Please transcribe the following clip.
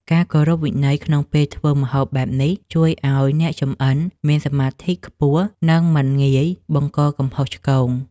ការគោរពវិន័យក្នុងពេលធ្វើម្ហូបបែបនេះជួយឱ្យអ្នកចម្អិនមានសមាធិខ្ពស់និង មិនងាយបង្កកំហុសឆ្គង។